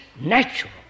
natural